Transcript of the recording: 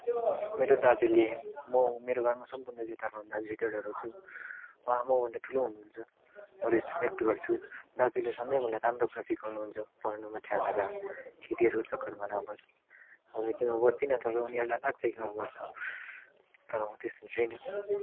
मेरो दाजुले मो मेरो घरमा सबभन्दा जेठा आफ्नो दाजुसित डराउँछु उहाँ म भन्दा ठुलो हुनुहुन्छ म रेस्पेक्ट गर्छु दाजुले सधैँ मलाई राम्रो कुरा सिकाउनुहुन्छ पढ्नुमा ध्यान लगा केटीहरूको चक्करमा नबस् हालाकि म बस्दिनँ तर उनीहरूलाई लाग्छ कि म बस्छ तर म त्यस्तो छुइनँ